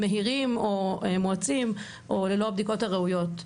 מהירים או מואצים או ללא הבדיקות הראויות.